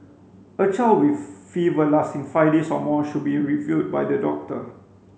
a child with fever lasting five days or more should be reviewed by the doctor